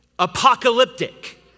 Apocalyptic